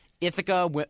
Ithaca